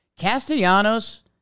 Castellanos